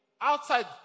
outside